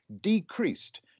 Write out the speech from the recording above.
decreased